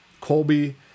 Colby